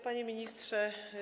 Panie Ministrze!